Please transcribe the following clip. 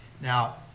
now